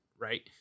right